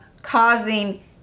causing